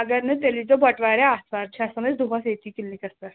اَگر نہٕ تیٚلہِ یِیٖزِیٚو بَٹہٕ وار یا آتھوار چھا آسان أسۍ دۄہَس ییٚتی کِلِنٛکَس پیٚٹھ